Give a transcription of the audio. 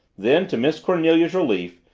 then, to miss cornelia's relief,